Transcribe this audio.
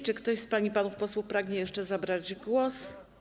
Czy ktoś z pań i panów posłów pragnie jeszcze zabrać głos?